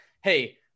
Hey